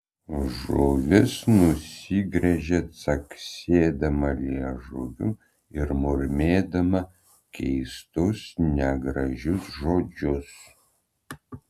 žuvis nusigręžė caksėdama liežuviu ir murmėdama keistus negražius žodžius